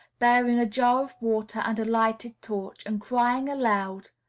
bearing a jar of water and a lighted torch, and crying aloud,